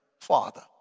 Father